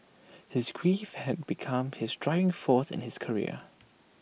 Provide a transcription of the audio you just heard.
his grief had become his driving force in his career